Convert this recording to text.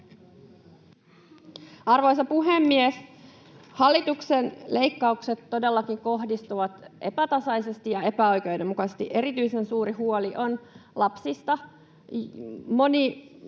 Arvoisa puhemies! Hallituksen leikkaukset todellakin kohdistuvat epätasaisesti ja epäoikeudenmukaisesti, erityisen suuri huoli on lapsista. Moni